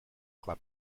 club